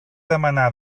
demanar